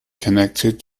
connected